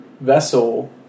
vessel